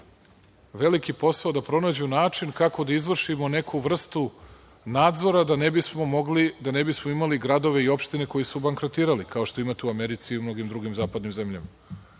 veliki posao da pronađu način kako da izvršimo neku vrstu nadzora da ne bismo imali gradove i opštine koji su bankrotirali, kao što imate u Americi i u mnogim drugim zapadnim zemljama.